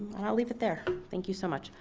and i'll leave it there. thank you so much.